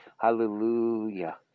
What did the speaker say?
Hallelujah